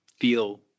feel